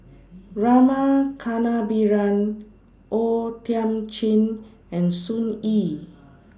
Rama Kannabiran O Thiam Chin and Sun Yee